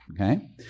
Okay